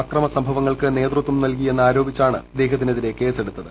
അക്രമസംഭവങ്ങൾക്ക് നേതൃത്വം നൽകി എന്നാരോപിച്ചാണ് ഇദ്ദേഷ്ടത്തിനെതിരെ കേസ് എടുത്തത്